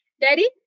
Daddy